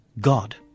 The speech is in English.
God